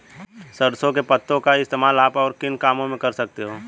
सरसों के पत्तों का इस्तेमाल आप और किन कामों में कर सकते हो?